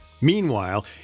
Meanwhile